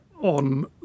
on